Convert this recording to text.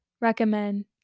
recommend